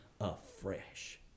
afresh